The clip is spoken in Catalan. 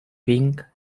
vinc